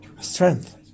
strength